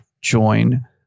join